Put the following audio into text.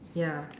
ya